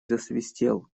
засвистел